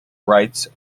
rights